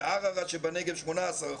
בערערה שבנגב, 18 אחוזים.